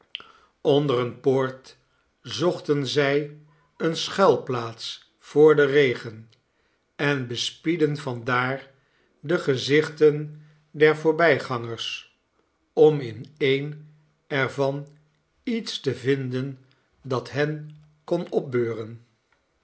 onder eene poort zochten zij eene schuilplaats voor den regen en bespiedden van daar de gezichten der voorbij gangers om in een er van iets te vinden dat hen kon opbeuren